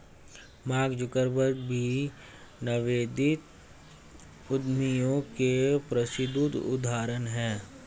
mark Zuckerberg भी नवोदित उद्यमियों के प्रसिद्ध उदाहरण हैं